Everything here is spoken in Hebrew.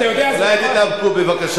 אתה יודע אולי תתאפקו בבקשה?